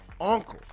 uncle